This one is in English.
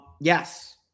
yes